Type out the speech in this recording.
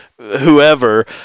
whoever